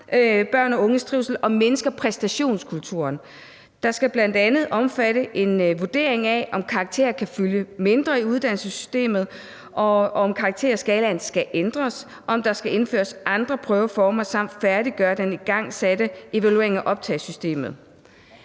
børn og unges trivsel og mindsker præstationskulturen. Den skal bl.a. omfatte en vurdering af, om karakterer kan fylde mindre i uddannelsessystemet, og om karakterskalaen skal ændres, og om der skal indføres andre prøveformer, samt færdiggøre den igangsatte evaluering af optagelsessystemet.